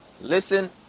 listen